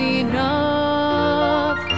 enough